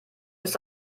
ist